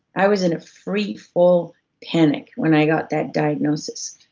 i was in a freefall panic when i got that diagnosis.